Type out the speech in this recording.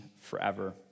forever